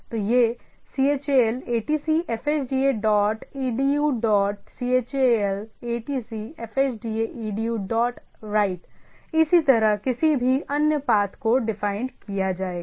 तो यह chal atc fhda dot edu dot chal atc fhda edu dot right इसी तरह किसी भी अन्य पाथ को डिफाइंड किया जाएगा